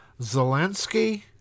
Zelensky